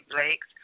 Blake